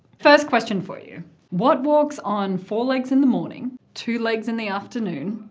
first question for you what walks on four legs in the morning, two legs in the afternoon,